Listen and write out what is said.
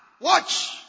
watch